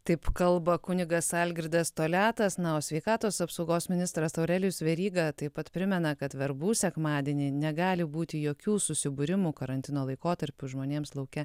taip kalba kunigas algirdas toliatas na o sveikatos apsaugos ministras aurelijus veryga taip pat primena kad verbų sekmadienį negali būti jokių susibūrimų karantino laikotarpiu žmonėms lauke